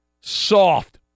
soft